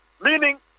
meaning